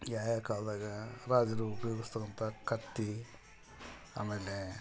ಯಾವ ಯಾವ ಕಾಲ್ದಾಗೆ ರಾಜರು ಉಪಯೋಗಿಸಿದಂತ ಕತ್ತಿ ಆಮೇಲೆ